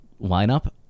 lineup